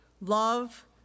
Love